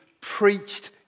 preached